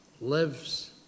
lives